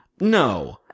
no